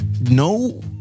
No